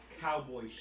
Cowboy